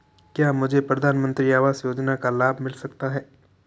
क्या मुझे प्रधानमंत्री आवास योजना का लाभ मिल सकता है?